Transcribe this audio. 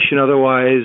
otherwise